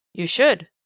you should,